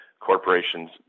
corporations